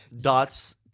Dots